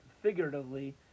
figuratively